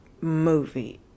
movie